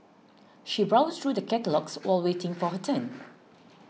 she browsed through the catalogues while waiting for her turn